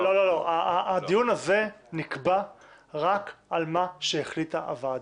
לא, הדיון הזה נקבע רק על מה שהחליטה הוועדה.